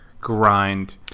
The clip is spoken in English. grind